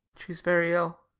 she is very ill.